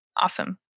awesome